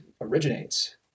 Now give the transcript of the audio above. originates